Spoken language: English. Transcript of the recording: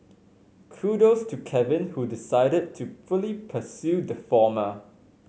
kudos to Kevin who decided to fully pursue the former